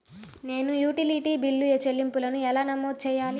నేను utility bill చెల్లింపులను ఎలా నమోదు చేయాలి?